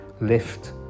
lift